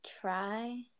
try